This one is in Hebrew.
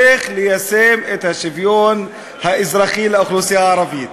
איך ליישם את השוויון האזרחי לאוכלוסייה הערבית.